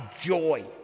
joy